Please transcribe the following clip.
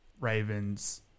Ravens